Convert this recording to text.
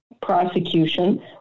prosecution